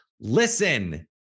listen